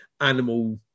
animal